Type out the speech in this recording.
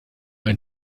ein